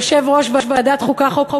ליושב-ראש ועדת החוקה,